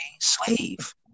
slave